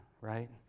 right